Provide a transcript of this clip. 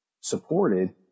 supported